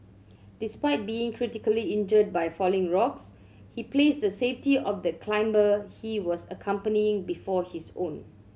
despite being critically injured by falling rocks he placed the safety of the climber he was accompanying before his own